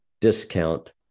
discount